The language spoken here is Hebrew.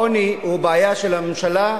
העוני הוא בעיה של הממשלה.